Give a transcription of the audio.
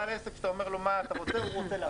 כשאתה שואל בעל עסק מה הוא רוצה, הוא רוצה לעבוד.